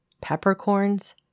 Peppercorns